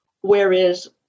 Whereas